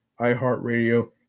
iHeartRadio